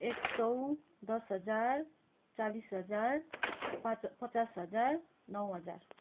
एक सय दस हजार चालिस हजार पाँच पचास हजार नौ हजार